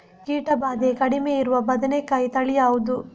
ಕೀಟ ಭಾದೆ ಕಡಿಮೆ ಇರುವ ಬದನೆಕಾಯಿ ತಳಿ ಯಾವುದು?